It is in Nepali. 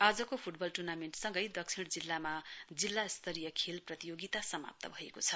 आजको फुटबल टुर्नामेन्ट सँगै दक्षिण जिल्लामा जिल्ला स्तरीय खेल प्रतियोगिता समाप्त भएको छ